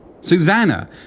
Susanna